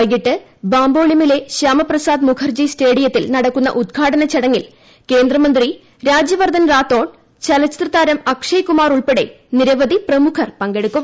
വൈകിട്ട് ബാംബോളിമിലെ ശ്യാമപ്പ്രസ്ട്രാദ് ് മുഖർജി സ്റ്റേഡിയത്തിൽ നടക്കുന്ന ഉദ്ഘാടന സ്ഥിടങ്ങിൽ കേന്ദ്രമന്ത്രി രാജ്യവർദ്ധൻ റാത്തോഡ് ചലച്ചിത്രത്താർം അക്ഷയ്കുമാർ ഉൾപ്പെടെ നിരവധി പ്രമുഖർ പങ്കെടുക്കും